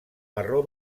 marró